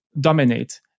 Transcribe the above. dominate